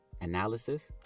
analysis